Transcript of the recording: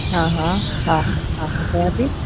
हा हा हा हा मां कयां थी